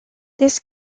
this